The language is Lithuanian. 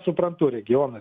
suprantu regionai